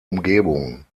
umgebung